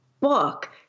book